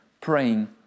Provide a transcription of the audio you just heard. praying